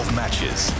matches